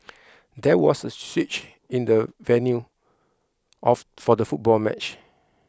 there was a switch in the venue of for the football match